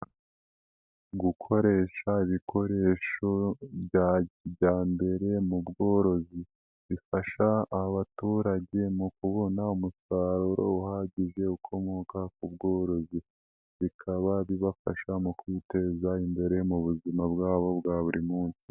Gukoresha ibikoresho bya kijyambere mu bworozi, bifasha abaturage mu kubona umusaruro uhagije ukomoka ku bworozi, bikaba bibafasha mu kwiteza imbere mu buzima bwabo bwa buri munsi.